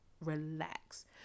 relax